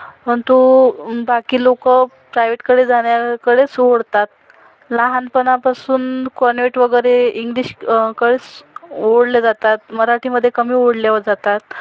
पंतु बाकी लोकं प्रायवेटकडे जाण्याकडेच ओढतात लहानपनापासून कॉन्वेट वगैरे इंग्लिशकडेच ओढले जातात मराठीमध्ये कमी ओढल्या जातात